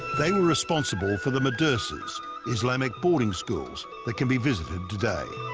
they were responsible for the madrasas islamic boarding schools that can be visited today.